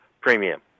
Premium